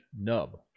nub